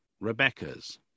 rebecca's